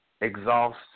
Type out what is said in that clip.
Exhaust